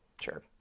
sure